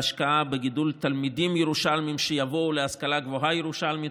והשקעה בגידול תלמידים ירושלמים שיבואו להשכלה גבוהה ירושלמית.